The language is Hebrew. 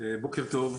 בוקר טוב.